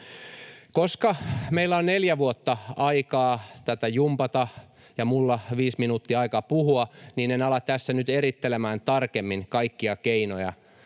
Koska meillä on neljä vuotta aikaa tätä jumpata ja minulla viisi minuuttia aikaa puhua, niin en ala tässä nyt erittelemään tarkemmin kaikkia keinoja,